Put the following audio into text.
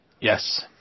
Yes